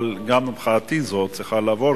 אבל גם מחאתי זו צריכה לעבור,